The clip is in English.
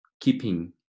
keeping